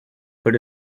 put